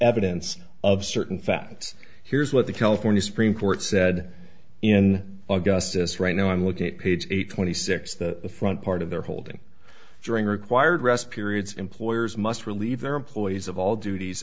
evidence of certain facts here's what the california supreme court said in augustus right now i'm looking at page eight twenty six the front part of their holding during required rest periods employers must relieve their employees of all duties